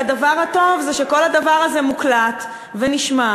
שהדבר הטוב הוא שכל הדבר הזה מוקלט ונשמר,